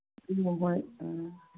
ꯎꯝ ꯍꯣ ꯍꯣꯏ ꯑ